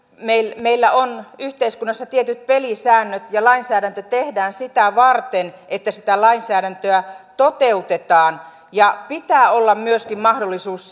meillä on yhteiskunnassa tietyt pelisäännöt ja lainsäädäntö tehdään sitä varten että sitä lainsäädäntöä toteutetaan ja pitää olla myöskin mahdollisuus